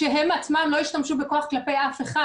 כשהם עצמם לא השתמשו בכח כלפי אף אחד